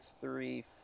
three